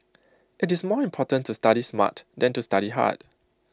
IT is more important to study smart than to study hard